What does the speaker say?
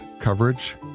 Coverage